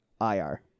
IR